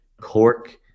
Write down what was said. cork